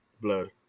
blood